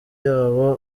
y’aba